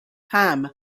ham